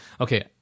Okay